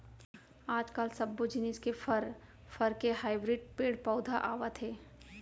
आजकाल सब्बो जिनिस के फर, फर के हाइब्रिड पेड़ पउधा आवत हे